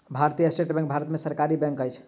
भारतीय state bank Bharat के सरकारी बैंक अछि